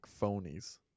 phonies